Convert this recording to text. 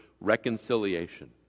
reconciliation